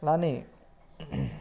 అలాగే